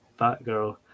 Batgirl